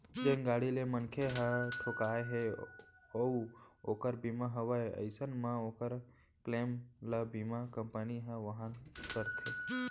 जेन गाड़ी ले मनखे ह ठोंकाय हे अउ ओकर बीमा हवय अइसन म ओकर क्लेम ल बीमा कंपनी ह वहन करथे